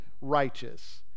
righteous